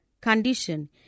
condition